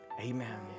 Amen